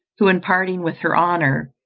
who, in parting with her honour,